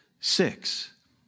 Six